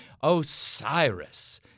Osiris